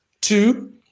Two